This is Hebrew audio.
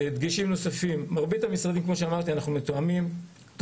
דגשים נוספים, אנחנו מתואמים עם מרבית המשרדים.